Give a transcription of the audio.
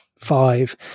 five